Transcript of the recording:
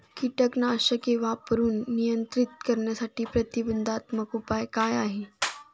कीटकनाशके वापरून नियंत्रित करण्यासाठी प्रतिबंधात्मक उपाय काय आहेत?